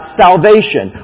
salvation